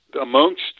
amongst